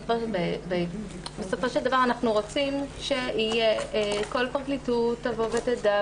בסופו של דבר אנחנו רוצים שכל פרקליטות תדע,